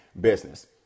business